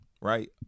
right